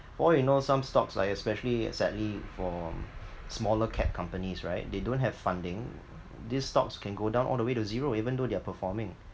for all you know some stocks like especially sadly for smaller cap companies right they don't have funding these stocks can go down all the way to zero even though they are performing